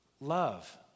love